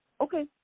Okay